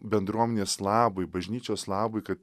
bendruomenės labui bažnyčios labui ka